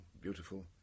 beautiful